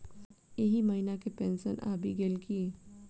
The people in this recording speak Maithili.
एहि महीना केँ पेंशन आबि गेल की